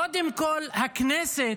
קודם כול, הכנסת,